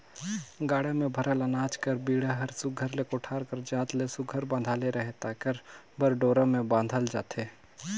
गाड़ा मे भराल अनाज कर बीड़ा हर सुग्घर ले कोठार कर जात ले सुघर बंधाले रहें तेकर बर डोरा मे बाधल जाथे